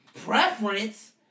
Preference